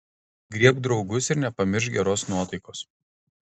griebk draugus ir nepamiršk geros nuotaikos